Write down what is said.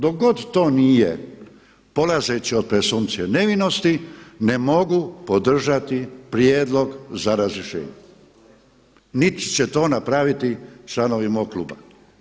Dok god to nije polazeći od presumpcije nevinosti, ne mogu podržati Prijedlog za razrješenje niti će to napraviti članovi mog kluba.